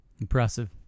Impressive